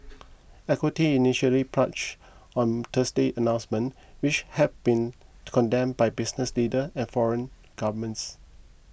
equities initially plunged on Thursday's announcement which has been condemned by business leader and foreign governments